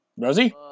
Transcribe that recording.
Rosie